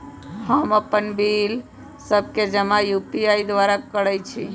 हम अप्पन बिल सभ के जमा यू.पी.आई द्वारा करइ छी